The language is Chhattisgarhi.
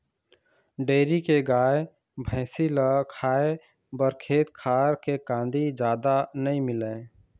डेयरी के गाय, भइसी ल खाए बर खेत खार के कांदी जादा नइ मिलय